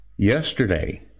Yesterday